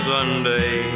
Sunday